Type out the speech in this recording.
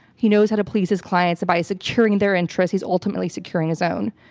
he knows how to please his clients. by securing their interest, he's ultimately securing his own.